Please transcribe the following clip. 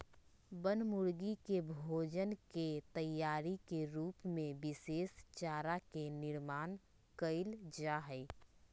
बनमुर्गी के भोजन के तैयारी के रूप में विशेष चारा के निर्माण कइल जाहई